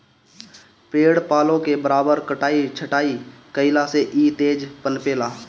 पेड़ पालो के बराबर कटाई छटाई कईला से इ तेज पनपे ला